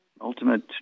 ultimate